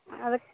ಅದಕ್ಕೆ